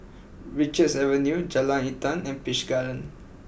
Richards Avenue Jalan Intan and Peach Garden